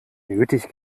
nötig